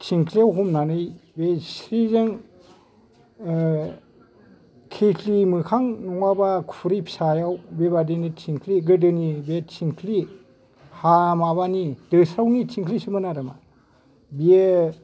थिंख्लिआव हमनानै बे सिथ्रिजों खेथलि मोखां नङाबा खुरै फिसायाव बे बायदिनो थिंख्लि गोदोनि बे थिंख्लि हा माबानि दोस्रावनि थिंख्लिसोमोन आरो मा बियो